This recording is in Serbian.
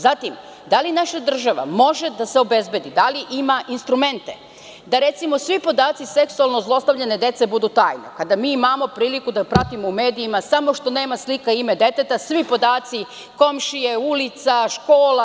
Zatim, da li naša država može da se obezbedi, da li ima instrumente da recimo svi podaci seksualno zlostavljane dece budu tajni kada imamo priliku da pratimo u medijima, samo što nema slika i ime deteta, sve podatke komšije, ulice, škole.